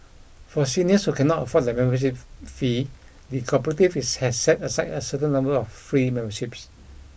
for seniors who cannot afford the membership fee the cooperative has has set aside a certain number of free memberships